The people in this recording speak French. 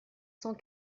cent